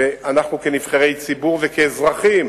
ואנחנו כנבחרי ציבור וכאזרחים